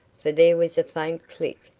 for there was a faint click,